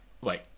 Wait